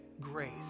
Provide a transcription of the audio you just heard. grace